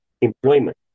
employment